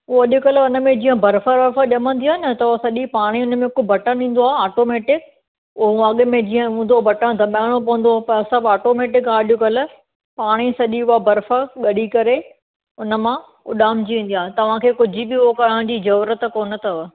हू अॼु कल्ह उन में जीअं बर्फ़ वर्फ़ ॼमंदी आहे न त हूअ सॼी पाणी उन में हिकु बटणु ईंदो आहे आटोमैटिक हूअ अॻु में जीअं हूंदो बटणु दॿाइणो पवंदो हो पर सभु आटोमैटिक आहे अॼु कल्ह पाणी सॼी हूअ बर्फ़ वही करे हुन मां उॾामिजी वेंदी आहे तव्हां खे कुझु बि उहो करण जी ज़रूरत कोन अथव